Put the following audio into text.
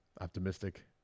optimistic